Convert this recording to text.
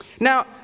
Now